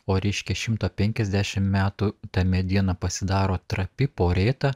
o reiškia po šimto penkiasdešimt metų ta mediena pasidaro trapi porėta